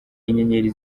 inyenyeri